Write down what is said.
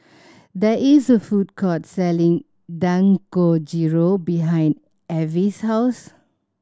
there is a food court selling Dangojiru behind Avie's house